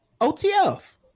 otf